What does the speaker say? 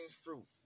Fruit